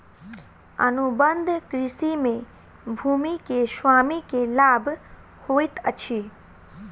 अनुबंध कृषि में भूमि के स्वामी के लाभ होइत अछि